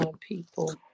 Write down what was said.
people